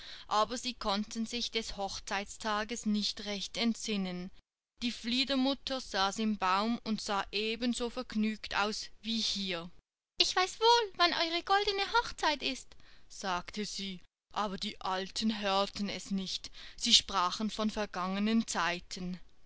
aber sie konnten sich des hochzeitstages nicht recht entsinnen die fliedermutter saß im baum und sah ebenso vergnügt aus wie hier ich weiß wohl wann eure goldene hochzeit ist sagte sie aber die beiden alten hörten es nicht sie sprachen von vergangenen zeiten